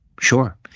sure